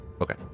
Okay